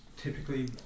Typically